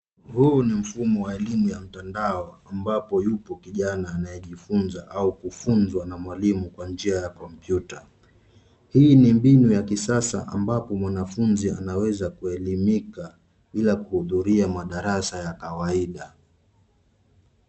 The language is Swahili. Huu ni mfumo wa elimu ya mtandao ambapo yupo kijana anayejifunza au kufunzwa na mwalimu kwa njia ya kompyuta. Hii ni mbinu ya kisasa ambapo mwanafunzi anaweza kuelimika bila kuhudhuria madarasa ya kawaida.